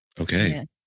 Okay